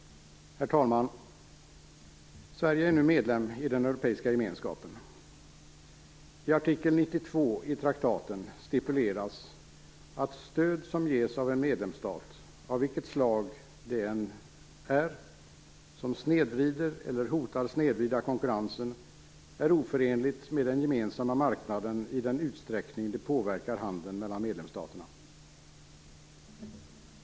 Herr talman! Sverige är nu medlem i den europeiska gemenskapen. I artikel 92 i traktaten stipuleras att stöd som ges av en medlemsstat av vilket slag det än är som snedvrider eller hotar att snedvrida konkurrensen är oförenligt med den gemensamma marknaden i den utsträckning det påverkar handeln mellan medlemsstaterna.